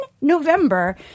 November